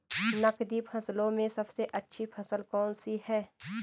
नकदी फसलों में सबसे अच्छी फसल कौन सी है?